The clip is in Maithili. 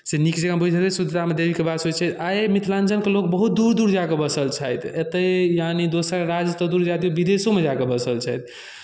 से नीक जँका भऽ जेतै शुद्धतामे देवीके वास होइ छै आइ मिथिलाञ्चलके लोक बहुत दूर दूर जा कऽ बसल छथि एतहि यानि दोसर राज्य तऽ दूर जाए दियौ विदेशोमे जा कऽ बसल छथि